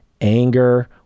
anger